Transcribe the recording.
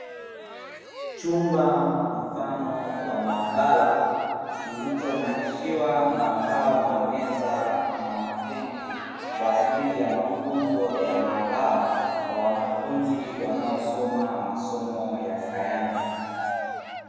Chumba mfano wa maabara kilichonakshia na meza na matenki kwa ajili ya mafunzo ya maabara, kwa wanafunzi wanaosoma masomo ya sayansi.